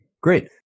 Great